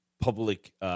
public